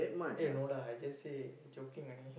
eh no lah I just say joking only